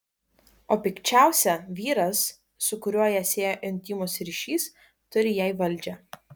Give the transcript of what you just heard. o pikčiausia vyras su kuriuo ją siejo intymus ryšys turi jai valdžią